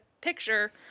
picture